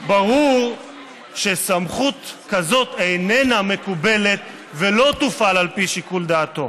ברור שסמכות כזאת איננה מקובלת ולא תופעל על פי שיקול דעתו.